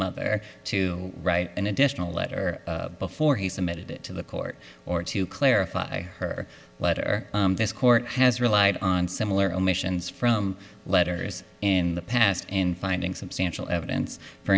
mother to write an additional letter before he submitted it to the court or to clarify her letter this court has relied on similar omissions from letters in the past and finding substantial evidence for